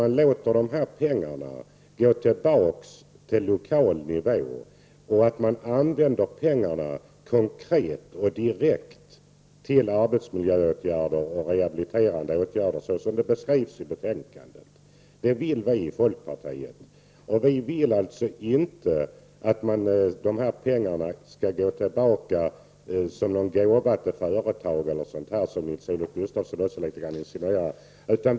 Man kan ju låta pengarna gå tillbaka till lokal nivå för användning konkret och direkt för arbetsmiljöåtgärder och rehabiliterande åtgärder, såsom det beskrivs i betänkandet. Detta vill vi i folkpartiet, och vi vill alltså inte att dessa pengar skall gå tillbaka som någon gåva till exempelvis företag som Nils-Olof Gustafsson litet grand insinuerade.